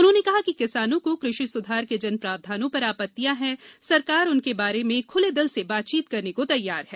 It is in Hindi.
उन्होंने कहा कि किसानों को कृषि सुधार के जिन प्रावधानों पर आपतियां हैं सरकार उनके बारे में ख्ले दिल से बातचीत करने को तैयार है